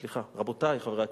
סליחה, רבותי חברי הכנסת,